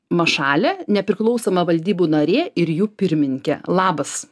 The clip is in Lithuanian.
mašalė nepriklausoma valdybų narė ir jų pirmininkė labas